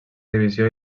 divisió